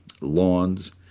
lawns